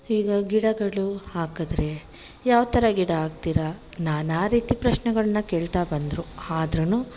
ಈಗ ಗಿಡಗಳು ಹಾಕಿದ್ರೆ ಯಾವ ಥರ ಗಿಡ ಹಾಕ್ತೀರಾ ನಾನಾ ರೀತಿ ಪ್ರಶ್ನೆಗಳನ್ನು ಕೇಳ್ತಾ ಬಂದರು ಆದ್ರೂ